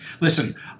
Listen